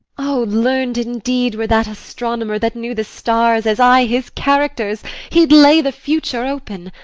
o, learn'd indeed were that astronomer that knew the stars as i his characters he'd lay the future open.